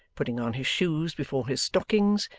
putting on his shoes before his stockings,